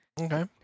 Okay